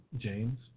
James